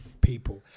people